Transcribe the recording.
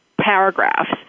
paragraphs